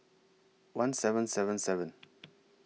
one seven seven seven